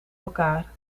elkaar